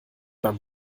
beim